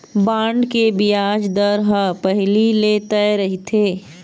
bond के बियाज दर ह पहिली ले तय रहिथे